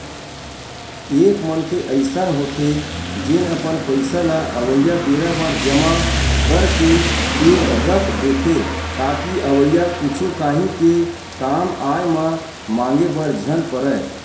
एक मनखे अइसन होथे जेन अपन पइसा ल अवइया बेरा बर जमा करके के रख देथे ताकि अवइया कुछु काही के कामआय म मांगे बर झन परय